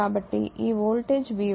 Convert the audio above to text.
కాబట్టి ఈ voltage V12